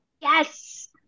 Yes